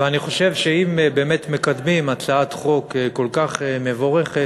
ואני חושב שאם מקדמים באמת הצעת חוק כל כך מבורכת,